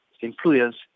employers